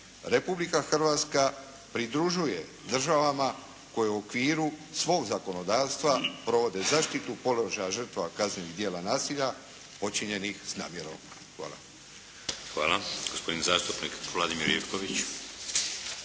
Republika Hrvatska pridružuje državama koje u okviru svog zakonodavstva provode zaštitu položaja žrtava kaznenih djela nasilja počinjenih s namjerom. Hvala. **Šeks, Vladimir (HDZ)** Hvala. Gospodin zastupnik Vladimir Ivković.